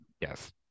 yes